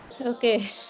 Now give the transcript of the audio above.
okay